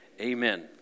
Amen